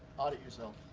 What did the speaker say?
audit yourself.